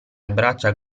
abbraccia